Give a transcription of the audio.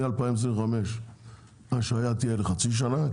מ-2025 ההשהיה תהיה לחצי שנה,